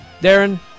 Darren